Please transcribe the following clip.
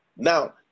Now